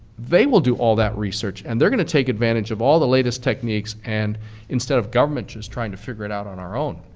they will do all that research and they're going to take advantage of all the latest techniques and instead of government just trying to figure it out on our own.